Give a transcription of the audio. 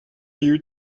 you